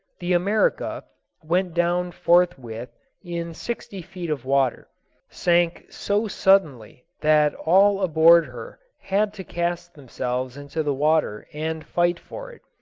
the america went down forthwith in sixty feet of water sank so suddenly that all aboard her had to cast themselves into the water and fight for it.